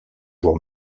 jour